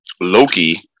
Loki